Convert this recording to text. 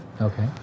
okay